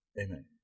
amen